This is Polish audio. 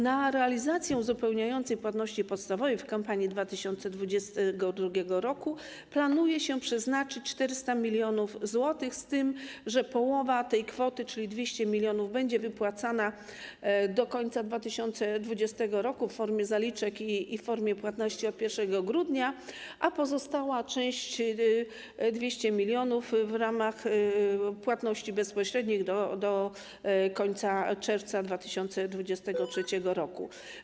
Na realizację uzupełniającej płatności podstawowej w kampanii 2022 r. planuje się przeznaczyć 400 mln zł, z tym że połowa tej kwoty, czyli 200 mln zł, będzie wypłacana do końca 2022 r. w formie zaliczek i w formie płatności od 1 grudnia, a pozostała część, 200 mln zł, w ramach płatności bezpośrednich do końca czerwca 2023 r.